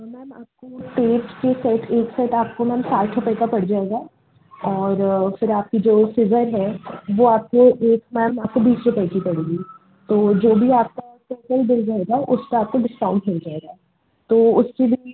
ma'am आपको एक set आपको मैम साठ रुपये का पड़ जाएगा और फिर आपकी जो सिज़र है वह आपको एक मैम आपको बीस रूपये की पड़ेगी तो जो भी आपका सेकेंड बिल रहेगा उस पे आपको डिस्काउंट मिल जाएगा तो उसकी भी